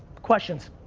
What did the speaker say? questions.